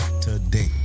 today